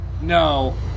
no